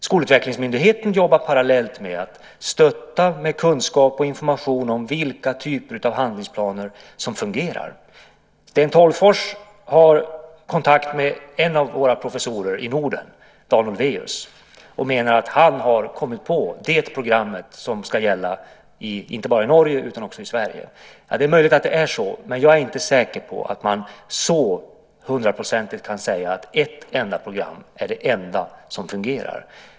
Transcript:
Skolutvecklingsmyndigheten jobbar parallellt med att stötta med kunskap och information om vilka typer av handlingsplaner som fungerar. Sten Tolgfors har kontakt med en av våra professorer i Norden, Dan Olweus, och menar att han har kommit på det program som ska gälla inte bara i Norge utan också i Sverige. Det är möjligt att det är så, men jag är inte säker på att man så hundraprocentigt kan säga att ett enda program är det enda som fungerar.